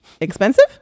expensive